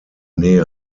nähe